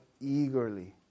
eagerly